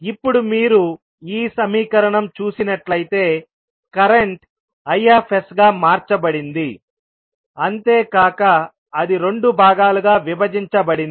ఇప్పుడు మీరు ఈ సమీకరణం చూసినట్లయితే కరెంట్ Is గా మార్చబడింది అంతేకాక అది రెండు భాగాలుగా విభజించబడింది